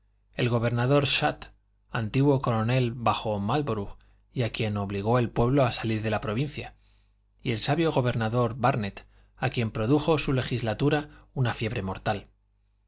el gobernador shute antiguo coronel bajo márlborough y a quien obligó el pueblo a salir de la provincia y el sabio gobernador búrnet a quien produjo su legislatura una fiebre mortal